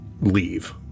leave